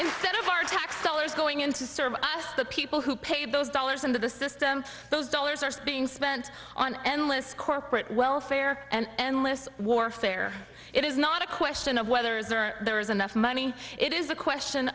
instead of our tax dollars going in to serve the people who paid those dollars into the system those dollars are being spent on endless corporate welfare and less warfare it is not a question of whether there is enough money it is a question